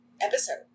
episode